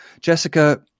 Jessica